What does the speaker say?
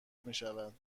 میشود